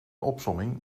opsomming